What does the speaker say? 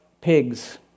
pigs